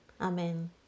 Amen